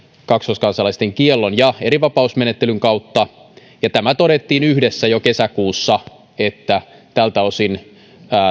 kaksoiskansalaisten kiellon ja erivapausmenettelyn kautta ja tämä todettiin yhdessä jo kesäkuussa että tältä osin